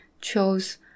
chose